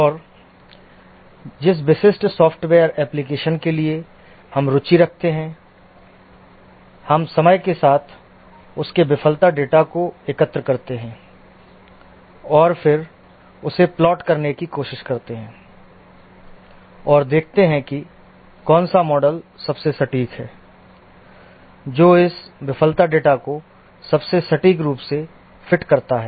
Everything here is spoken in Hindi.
और जिस विशिष्ट सॉफ़्टवेयर एप्लिकेशन के लिए हम रुचि रखते हैं हम समय के साथ उसके विफलता डेटा को एकत्र करते हैं और फिर उसे प्लॉट करने की कोशिश करते हैं और देखते हैं कि कौन सा मॉडल सबसे सटीक है जो इस विफलता डेटा को सबसे सटीक रूप से फिट करता है